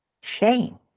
shame